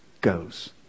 goes